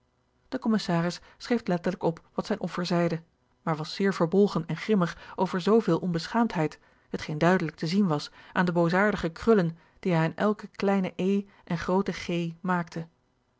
de commissaris schreef letterlijk op wat zijn offer zeide maar was zeer verbolgen en grimmig over zooveel onbeschaamdheid hetgeen duidelijk te zien was aan de boosaardige krullen die hij aan elke kleine e en groote g maakte